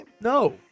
no